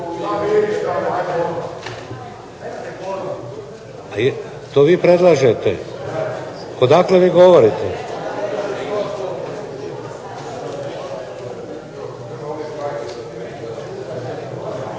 To vi predlažete? Odakle vi govorite?